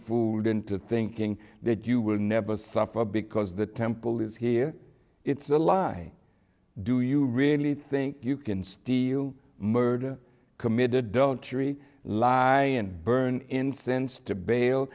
fooled into thinking that you will never suffer because the temple is here it's a lie do you really think you can steal you murder committed adultery lie and burn incense to ba